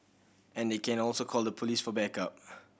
and they can also call the police for backup